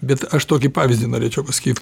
bet aš tokį pavyzdį norėčiau pasakyt